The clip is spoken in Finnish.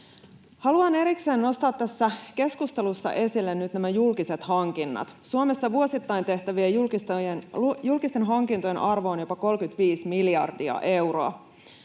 Haluan erikseen nostaa tässä keskustelussa esille nyt nämä julkiset hankinnat. Suomessa vuosittain tehtävien julkisten hankintojen arvo on jopa 35 miljardia euroa.